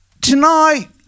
tonight